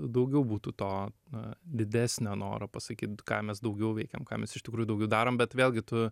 daugiau būtų to na didesnio noro pasakyt ką mes daugiau veikiam ką mes iš tikrųjų daugiau darom bet vėlgi tu